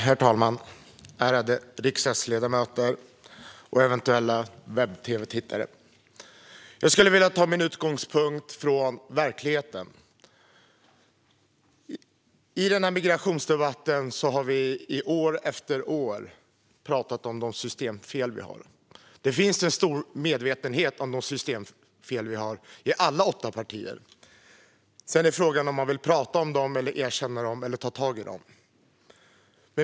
Herr talman, ärade riksdagsledamöter och eventuella webb-tv-tittare! Jag skulle vilja ta min utgångspunkt i verkligheten. I migrationsdebatten har vi år efter år pratat om de systemfel vi har. Det finns i alla åtta partier en stor medvetenhet om de systemfel vi har. Sedan är det en fråga om huruvida man vill prata om dem, erkänna dem eller ta tag i dem.